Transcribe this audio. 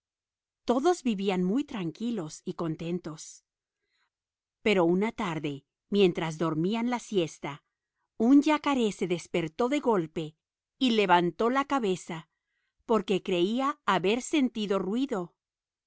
todos vivían muy tranquilos y contentos pero una tarde mientras dormían la siesta un yacaré se despertó de golpe y levantó la cabeza porque creía haber sentido ruido